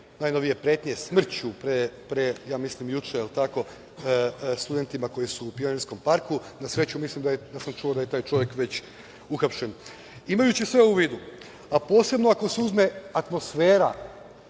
najnovije pretnje smrću juče studentima koji su u Pionirskom parku. Na sreću, mislim da sam čuo da je taj čovek već uhapšen. Imajući sve ovo u vidu, a posebno ako se uzme atmosfera